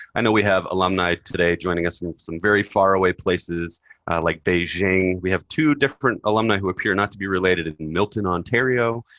i know we have alumni today joining us from some very faraway places like beijing. we have two different alumni who appear not to be related in milton, ontario.